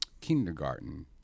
kindergarten